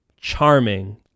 charming